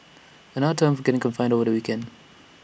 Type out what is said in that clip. another term for getting confined over the weekend